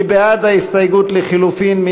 מי בעד ההסתייגות לחלופין?